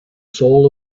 soul